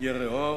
יראה אור".